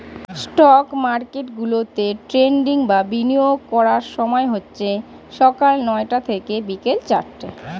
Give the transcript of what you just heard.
stock মার্কেটগুলোতে trading বা বিনিয়োগ করার সময় হচ্ছে সকাল নয়টা থেকে বিকেল চারটে